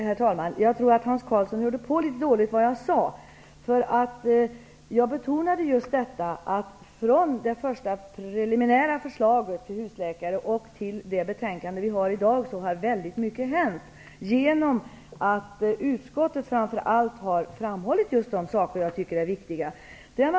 Herr talman! Jag tror att Hans Karlsson hörde på litet dåligt vad jag sade. Jag betonade just att från det första preliminära förslaget om husläkare till det betänkande vi har i dag har väldigt mycket hänt. Det har framför allt skett genom att utskottet har framhållit de saker jag tycker är viktiga.